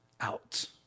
out